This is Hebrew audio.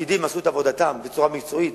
הפקידים עשו את עבודתם בצורה מקצועית,